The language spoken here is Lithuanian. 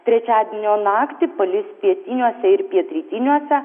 trečiadienio naktį palis pietiniuose ir pietrytiniuose